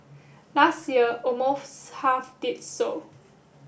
last year almost half did so